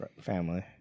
family